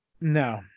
No